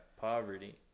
poverty